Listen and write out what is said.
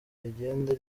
rigenda